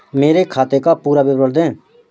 मेरे खाते का पुरा विवरण दे?